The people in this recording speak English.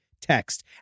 text